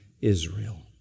Israel